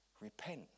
repent